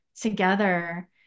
together